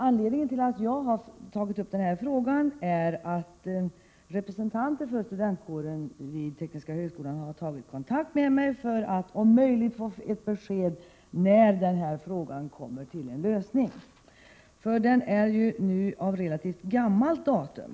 Anledningen till att jag har tagit upp den här frågan är att representanter för studentkåren vid Tekniska högskolan har tagit kontakt med mig för att om möjligt få ett besked om när frågan kommer till en lösning. Den är ju nu av relativt gammalt datum.